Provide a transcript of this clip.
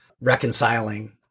reconciling